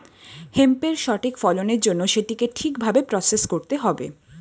হেম্পের সঠিক ফলনের জন্য সেটিকে ঠিক ভাবে প্রসেস করতে হবে